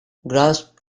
grasp